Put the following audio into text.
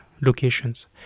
locations